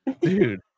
Dude